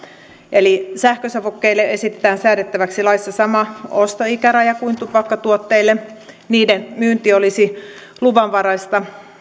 eli sähkösavukkeille esitetään säädettäväksi laissa sama ostoikäraja kuin tupakkatuotteille niiden myynti olisi luvanvaraista